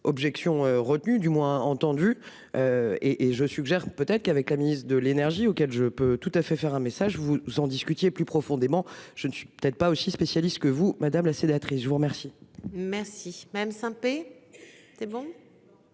Objection retenue du moins entendu. Et et je suggère peut-être qu'avec la ministre de l'Énergie auquel je peux tout à fait faire un message vous vous en discutiez plus profondément. Je ne suis peut-être pas aussi spécialiste que vous madame la sénatrice, je vous remercie. Merci, même. C'est bon.